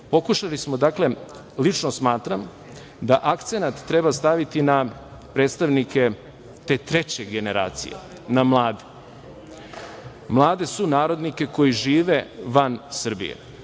pokušali smo i lično smatram da akcenat treba staviti na predstavnike te treće generacije, na mlade sunarodnike koji žive van Srbije,